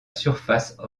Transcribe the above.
surface